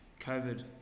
COVID